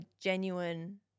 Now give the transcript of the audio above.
genuine